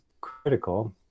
critical